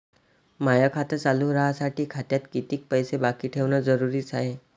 माय खातं चालू राहासाठी खात्यात कितीक पैसे बाकी ठेवणं जरुरीच हाय?